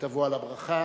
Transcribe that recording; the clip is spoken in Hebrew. ותבוא על ברכה.